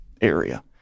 area